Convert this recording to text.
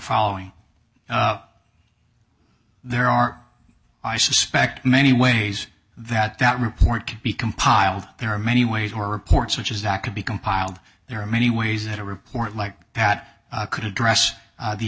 following there are i suspect many ways that that report could be compiled there are many ways or reports which is that could be compiled there are many ways that a report like that could address